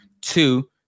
Two